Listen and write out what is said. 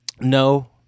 No